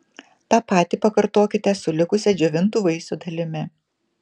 tą patį pakartokite su likusia džiovintų vaisių dalimi